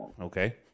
Okay